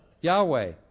Yahweh